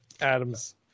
Adams